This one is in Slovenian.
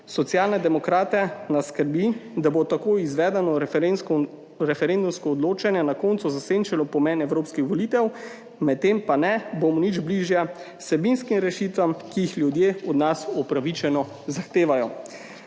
Socialne demokrate nas skrbi, da bo tako izvedeno referendumsko odločanje na koncu zasenčilo pomen evropskih volitev, medtem pa ne bomo nič bližje vsebinskim rešitvam, ki jih ljudje od nas upravičeno zahtevajo.